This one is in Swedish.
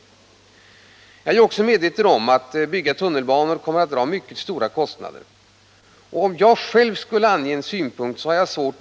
För det andra är jag medveten om att det kommer att dra mycket stora kostnader att bygga tunnelbanor.